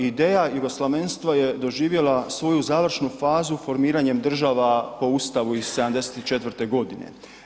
Ideja jugoslavenstva je doživjela svoju završnu fazu formiranjem država po Ustavu iz '74. godine.